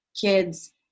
kids